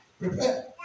Prepare